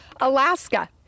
Alaska